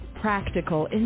Practical